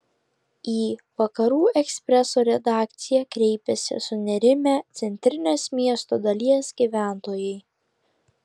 į vakarų ekspreso redakciją kreipėsi sunerimę centrinės miesto dalies gyventojai